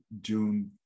june